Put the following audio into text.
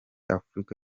afurika